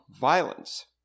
violence